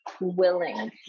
willing